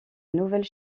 nouvelle